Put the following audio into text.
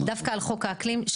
דווקא על חוק האקלים,